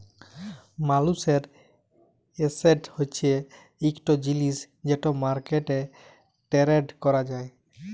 মালুসের এসেট হছে ইকট জিলিস যেট মার্কেটে টেরেড ক্যরা যায়